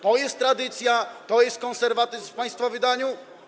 To jest tradycja, to jest konserwatyzm w państwa wydaniu?